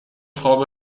خواب